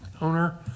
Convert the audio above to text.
owner